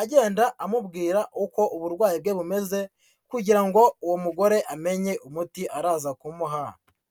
agenda amubwira uko uburwayi bwe bumeze kugira ngo uwo mugore amenye umuti araza kumuha.